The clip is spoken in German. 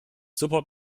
super